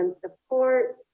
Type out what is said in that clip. support